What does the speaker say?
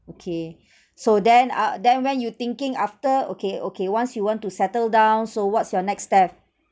okay so then ah then when you thinking after okay okay once you want to settle down so what's your next step